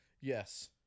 Yes